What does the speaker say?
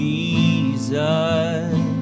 Jesus